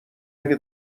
اگه